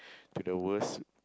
to the worst